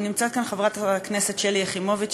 נמצאת כאן חברת הכנסת שלי יחימוביץ,